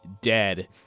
dead